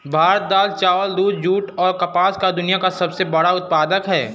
भारत दाल, चावल, दूध, जूट, और कपास का दुनिया का सबसे बड़ा उत्पादक है